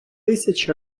тисяч